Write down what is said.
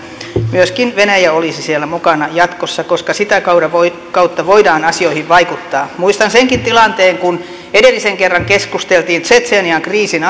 myöskin venäjä olisi siellä mukana jatkossa koska sitä kautta voidaan asioihin vaikuttaa muistan senkin tilanteen kun edellisen kerran tsetsenian kriisin